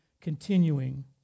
continuing